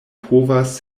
povas